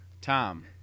Tom